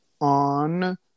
on